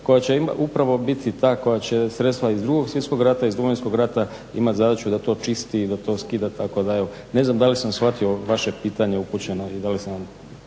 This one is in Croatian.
koja će upravo biti ta koja će sredstva iz II. Svjetskog rata i iz Domovinskog rata, ima zadaću da to čisti i da to skida, tako da. Ne znam da li sam shvatio vaše pitanje upućeno i da li sam vam